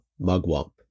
Mugwump